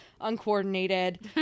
uncoordinated